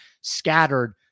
scattered